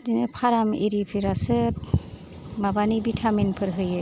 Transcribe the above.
बिदिनो फार्म इरिफोरासो माबानि भिटामिनफोर होयो